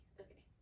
okay